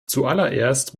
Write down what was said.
zuallererst